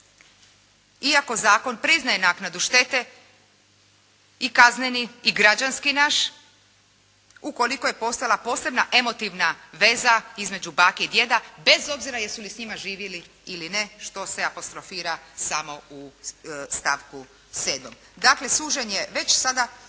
iako zakon priznaje naknadu štete i kazneni i građanski naš, ukoliko je postojala posebna emotivna veza između bake i djeda bez obzira jesu li s njima živjeli ili ne, što se apostrofira samo u stavku 7. Dakle, sužen je već sada,